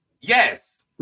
Yes